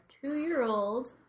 two-year-old